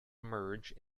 merge